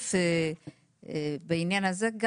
להוסיף בעניין הזה,